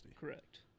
Correct